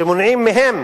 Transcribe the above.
שמונעים מהם